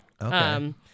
Okay